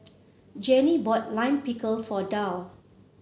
Janie bought Lime Pickle for Darl